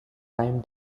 time